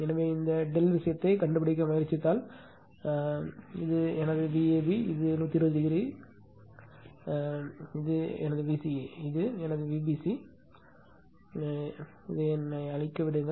எனவே இந்த ∆ விஷயத்தைக் கண்டுபிடிக்க முயற்சித்தால் எனவே இது எனது Vab இது 120o 120 இது எனது Vca எனவே இது எனது Vbc இல்லை அழிக்க என்னை விடுங்கள்